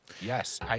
yes